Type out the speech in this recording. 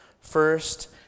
first